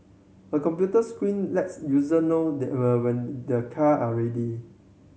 a computer screen lets user know there when their car are ready